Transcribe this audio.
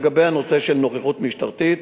לגבי הנושא של נוכחות משטרתית,